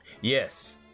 Yes